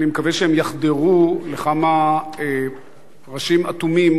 אני מקווה שהם יחדרו לכמה ראשים אטומים